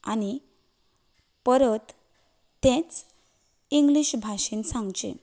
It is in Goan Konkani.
आनी परत तेच इंग्लीश भाशेंत सांगचें